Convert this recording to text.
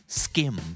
skim